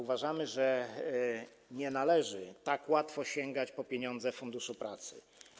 Uważamy, że nie należy tak łatwo sięgać po pieniądze Funduszu Pracy.